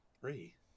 Three